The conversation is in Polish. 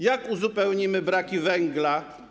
Jak uzupełnimy braki węgla?